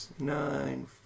Nine